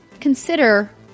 consider